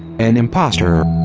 an imposter!